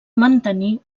mantenir